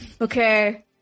okay